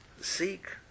seek